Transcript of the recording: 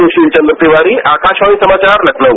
सुशील चन्द्र तिवारी आकाशवाणी समाचार लखनऊ